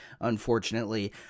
unfortunately